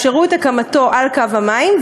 אפשרו את הקמתו על קו המים,